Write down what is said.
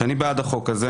ואני בעד החוק הזה,